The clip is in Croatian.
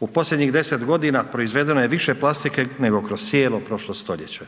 U posljednjih 10.g. proizvedeno je više plastike nego kroz cijelo prošlo stoljeće,